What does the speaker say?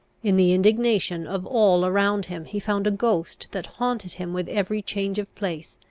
in the indignation of all around him he found a ghost that haunted him with every change of place,